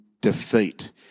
defeat